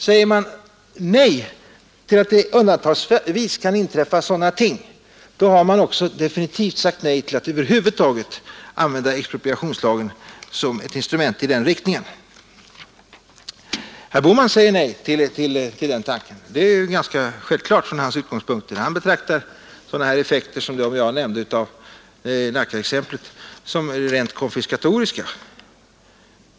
Säger man nej till att det undantagsvis kan inträffa sådana ting, har man också definitivt sagt nej till att över huvud taget använda expropriationslagen som ett instrument i den riktningen. Herr Bohman säger nej till en sådan användning av expropriationslagen. Det är ganska självklart från hans utgångspunkter. Han betraktar sådana effekter som de jag nämnde förut med Nackaexemplet som rent konfiskatoriska.